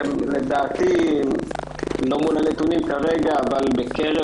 לדעתי אני לא מול הנתונים כרגע בקרב